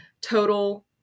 total